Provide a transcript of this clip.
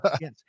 yes